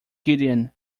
gideon